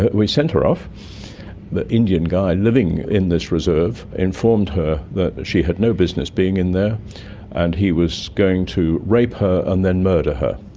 we sent off. the indian guy living in this reserve informed her that she had no business being in there and he was going to rape her and then murder her,